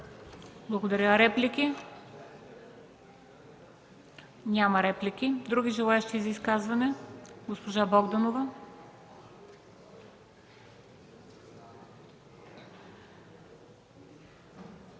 Благодаря. Реплики? Няма. Други желаещи за изказвания? Госпожо Богданова,